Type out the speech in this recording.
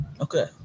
Okay